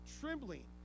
trembling